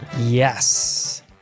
Yes